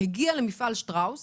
הגיע למפעל שטראוס